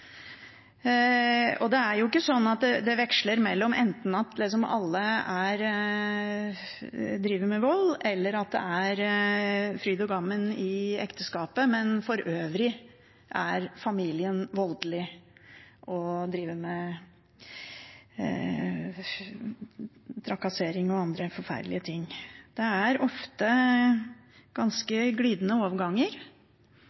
Det er jo ikke sånn at det veksler mellom enten at alle driver med vold, eller at det er fryd og gammen i ekteskapet, men for øvrig er familien voldelig og driver med trakassering og andre forferdelige ting. Det er ofte